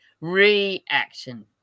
reaction